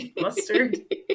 mustard